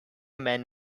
man